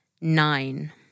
Nine